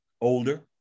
older